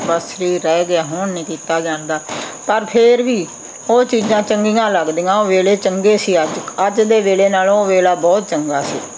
ਬਸ ਸਰੀਰ ਰਹਿ ਗਿਆ ਹੁਣ ਨਹੀਂ ਕੀਤਾ ਜਾਂਦਾ ਪਰ ਫਿਰ ਵੀ ਉਹ ਚੀਜ਼ਾਂ ਚੰਗੀਆਂ ਲੱਗਦੀਆਂ ਵੇਲੇ ਚੰਗੇ ਸੀ ਅੱਜ ਅੱਜ ਦੇ ਵੇਲੇ ਨਾਲੋਂ ਉਹ ਵੇਲਾ ਬਹੁਤ ਚੰਗਾ ਸੀ